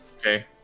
Okay